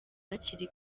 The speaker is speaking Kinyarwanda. bakiri